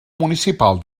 municipal